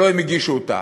שלא הם הגישו אותה.